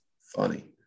funny